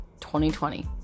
2020